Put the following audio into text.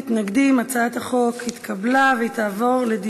ההצעה להעביר את הצעת חוק הכשרות המשפטית והאפוטרופסות (תיקון מס' 18)